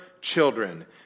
children